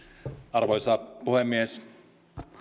arvoisa puhemies pari